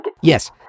Yes